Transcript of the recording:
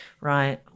Right